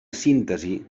síntesi